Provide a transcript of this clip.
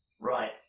Right